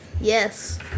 Yes